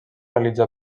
realitza